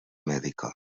mèdica